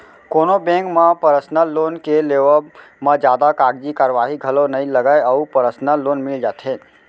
कोनो बेंक म personal loan के लेवब म जादा कागजी कारवाही घलौ नइ लगय अउ परसनल लोन मिल जाथे